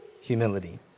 humility